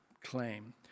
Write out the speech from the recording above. claim